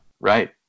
Right